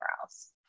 else